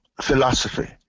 philosophy